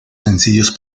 sencillos